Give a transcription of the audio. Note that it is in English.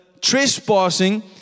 trespassing